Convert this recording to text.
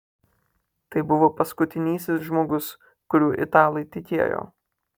tai buvo paskutinysis žmogus kuriuo italai tikėjo